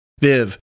Viv